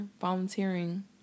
Volunteering